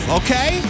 okay